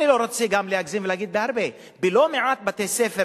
אני לא רוצה גם להגזים ולהגיד "בהרבה"; לא מעט בתי-ספר